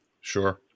Sure